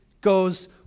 goes